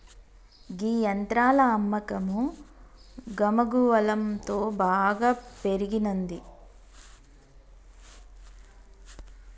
గీ యంత్రాల అమ్మకం గమగువలంతో బాగా పెరిగినంది